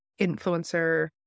influencer